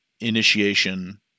initiation